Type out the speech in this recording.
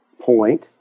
point